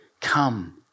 come